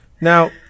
Now